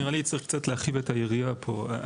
נראה לי צריך קצת להרחיב את היריעה פה.